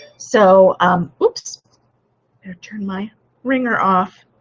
so um let's turn my ringer off.